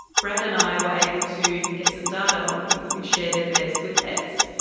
brad and i were able to get some data on people who share their beds with pets,